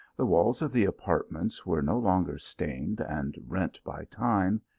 the walls of the apartments were no longer stained and rent by time.